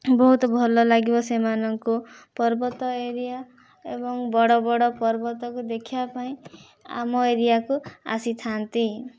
ବହୁତ୍ ଭଲ ଲାଗିବ ସେମାନଙ୍କୁ ପର୍ବତ ଏରିୟା ଏବଂ ବଡ଼ବଡ଼ ପର୍ବତକୁ ଦେଖିବାପାଇଁ ଆମ ଏରିୟାକୁ ଆସିଥାଆନ୍ତି